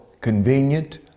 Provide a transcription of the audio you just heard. convenient